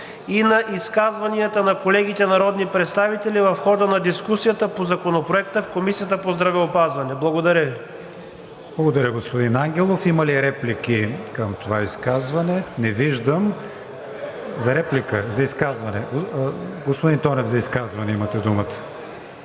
и на изказванията на колегите народни представители в хода на дискусията по Законопроекта в Комисията по здравеопазване. Благодаря Ви. ПРЕДСЕДАТЕЛ КРИСТИАН ВИГЕНИН: Благодаря, господин Ангелов. Има ли реплики към това изказване? Не виждам. За реплика? За изказване? Господин Тонев, за изказване имате думата.